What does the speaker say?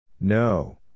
No